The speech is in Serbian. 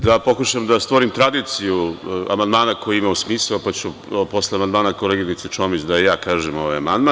Da pokušam da stvorim tradiciju amandmana koji ima smisao, pa ću posle amandmana koleginice Čomić da i ja kažem ovaj amandman.